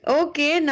okay